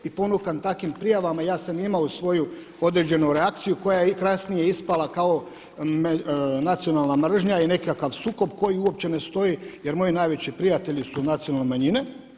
I ponukan takvim prijavama ja sam imao svoju određenu reakciju koja je i kasnije ispala kao nacionalna mržnja i nekakav sukob koji uopće ne stoji, jer moji najveći prijatelji su nacionalne manjine.